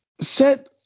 set